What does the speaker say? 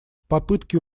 попытки